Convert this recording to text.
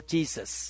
Jesus